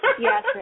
Yes